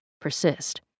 persist